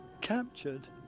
captured